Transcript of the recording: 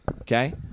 okay